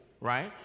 right